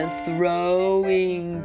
throwing